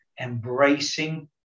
embracing